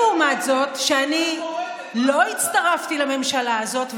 השרים בממשלה.